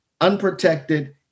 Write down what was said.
unprotected